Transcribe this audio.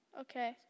Okay